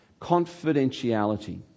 confidentiality